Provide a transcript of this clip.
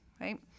right